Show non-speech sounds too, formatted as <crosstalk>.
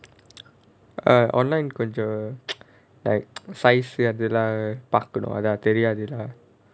err online கொஞ்சம்:konjam <noise> like <noise> size அதுலாம் பார்க்கணும் அதான் தெரியாதுல்ல:adhulaam paarkanum athaan theriyaathulla